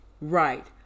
Right